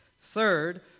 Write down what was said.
Third